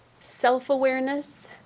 self-awareness